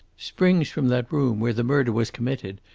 springs from that room where the murder was committed,